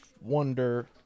wonder